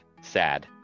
Sad